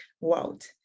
world